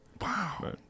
Wow